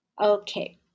Okay